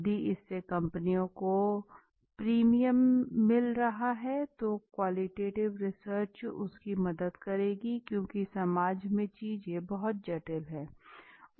यदि इससे कंपनी को प्रीमियम मिल रहा है तो क्वॉलिटीटीव रिसर्च उसकी मदद करेगी क्योंकि समाज में चीजें बहुत जटिल हैं